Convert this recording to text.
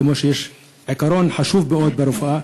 כמו שיש עיקרון חשוב מאוד ברפואה,